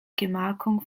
gemarkung